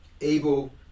able